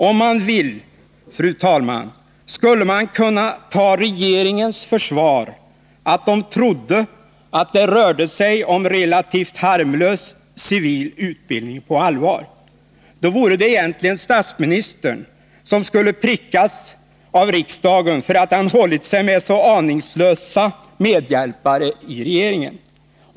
Om man vill, fru talman, skulle man kunna ta regeringens försvar, att den trodde att det rörde sig om relativt harmlös civil utbildning, på allvar. Då vore det egentligen statsministern som skulle prickas av riksdagen för att han hållit sig med så aningslösa medhjälpare i regeringen.